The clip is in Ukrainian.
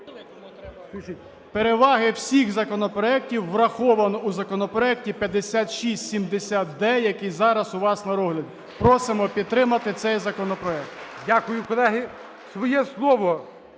Переваги всіх законопроектів враховано в законопроекті 5670-д, який зараз у вас на розгляді. Просимо підтримати цей законопроект. ГОЛОВУЮЧИЙ. Дякую, колеги. Своє слово